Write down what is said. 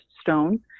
stone